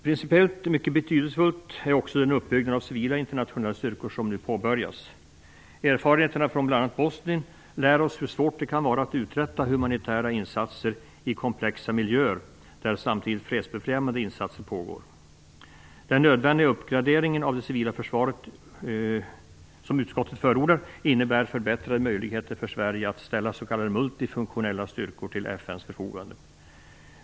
Principiellt mycket betydelsefullt är också den uppbyggnad av civila internationella styrkor som nu påbörjas. Erfarenheterna från bl.a. Bosnien lär oss hur svårt det kan vara att uträtta humanitära insatser i komplexa miljöer där fredsbefrämjande insatser görs samtidigt. Den nödvändiga uppgraderingen av det civila försvaret som utskottet förordar innebär förbättrade möjligheter för Sverige att ställa s.k. multifunktionella styrkor till FN:s förfogande.